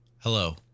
hello